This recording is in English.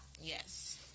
Yes